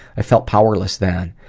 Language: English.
i felt powerless then.